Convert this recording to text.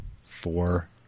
Four